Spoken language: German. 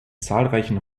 zahlreichen